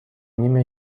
نیم